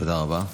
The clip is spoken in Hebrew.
תודה רבה.